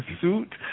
suit